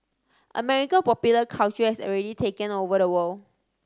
American popular culture has already taken over the world